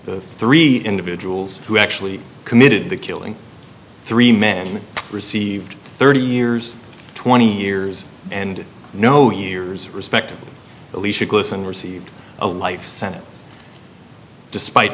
the three individuals who actually committed the killing three men received thirty years twenty years and no years respectively alecia listen received a life sentence despite